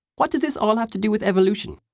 what does this all have to do with evolution?